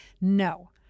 no